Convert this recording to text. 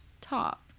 top